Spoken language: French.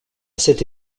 cette